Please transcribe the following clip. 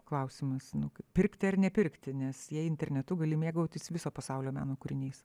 klausimas nu kaip pirkti ar nepirkti nes jei internetu gali mėgautis viso pasaulio meno kūriniais